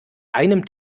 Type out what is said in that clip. einem